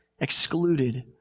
excluded